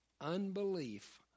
unbelief